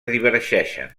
divergeixen